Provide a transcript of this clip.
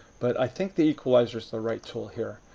but i think the equalizer is the right tool here.